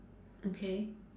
okay